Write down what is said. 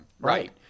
right